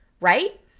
right